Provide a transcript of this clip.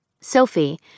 Sophie